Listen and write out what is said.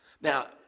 Now